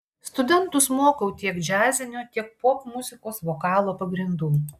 studentus mokau tiek džiazinio tiek popmuzikos vokalo pagrindų